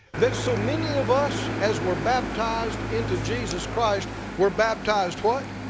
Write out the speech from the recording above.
that so many of us as were baptized into jesus christ were baptized, what?